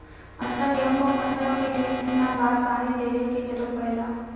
अच्छा गेहूँ क फसल के लिए कितना बार पानी देवे क जरूरत पड़ेला?